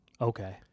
Okay